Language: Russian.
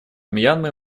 мьянмы